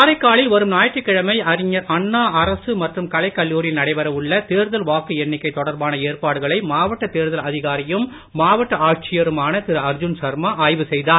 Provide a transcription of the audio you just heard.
காரைக்காலில் வரும் ஞாயிற்றுக்கிழமை அறிஞர் அண்ணா அரசு மற்றும் கலைக் கல்லூரியில் நடைபெற உள்ள தேர்தல் வாக்கு எண்ணிக்கை தொடர்பான ஏற்பாடுகளை மாவட்ட தேர்தல் அதிகாரியும் மாவட்ட ஆட்சியருமான திரு அர்ஜூன் சர்மா ஆய்வு செய்தார்